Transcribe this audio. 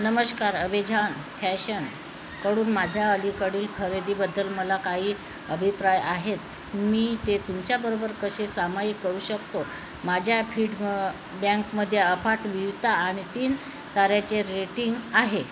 नमश्कार अभेझान फॅशनकडून माझ्या अलीकडील खरेदीबद्दल मला काही अभिप्राय आहेत मी ते तुमच्याबरोबर कसे सामायी करू शकतो माझ्या फीड बँकमध्ये अफाट विविधता आणि तीन ताऱ्याचे रेटिंग आहे